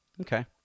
Okay